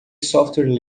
software